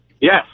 Yes